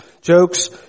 jokes